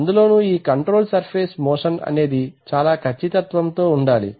అందులోనూ ఈ control surface motion అనేది చాలా ఖచ్చితత్వము తో ఉండాలి